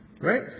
Right